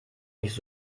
nicht